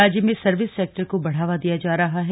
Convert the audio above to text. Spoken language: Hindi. राज्य में सर्विस सेक्टर को बढ़ावा दिया जा रहा है